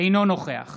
אינו נוכח